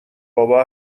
بابا